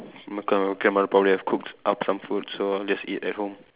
my gra~ my grandmother probably have cooked up some food so I'll just eat at home